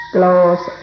close